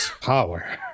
power